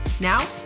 Now